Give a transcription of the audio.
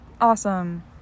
awesome